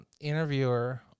interviewer